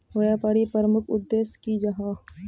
व्यापारी प्रमुख उद्देश्य की जाहा?